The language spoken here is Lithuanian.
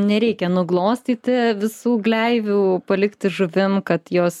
nereikia nuglostyti visų gleivių palikti žuvim kad jos